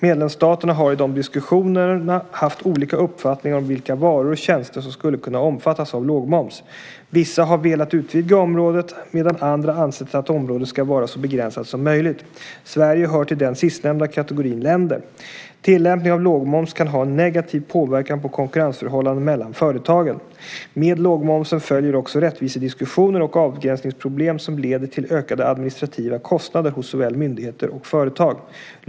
Medlemsstaterna har i de diskussionerna haft olika uppfattning om vilka varor och tjänster som ska kunna omfattas av lågmoms. Vissa har velat utvidga området, medan andra ansett att området ska vara så begränsat som möjligt. Sverige hör till den sistnämnda kategorin länder. Tillämpning av lågmoms kan ha en negativ påverkan på konkurrensförhållandena mellan företagen. Med lågmomsen följer också rättvisediskussioner och avgränsningsproblem som leder till ökade administrativa kostnader hos såväl myndigheter som företag.